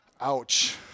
Ouch